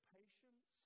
patience